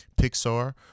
pixar